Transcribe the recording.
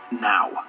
now